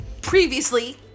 Previously